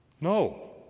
No